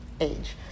age